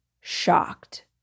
shocked